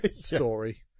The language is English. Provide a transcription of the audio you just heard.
Story